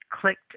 clicked